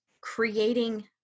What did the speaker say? creating